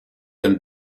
and